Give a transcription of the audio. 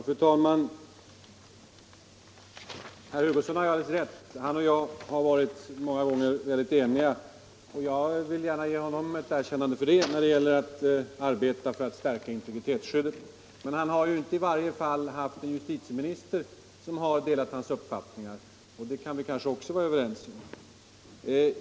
Fru talman! Herr Hugosson har alldeles rätt i att han och jag många gånger varit ense — jag vill gärna ge honom ett erkännande för det — när 130 det gällt att arbeta för stärkt integritetsskydd. Men han har i varje fall inte haft en justitieminister som delat hans uppfattningar, och det kan vi säkert också vara överens om.